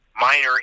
minor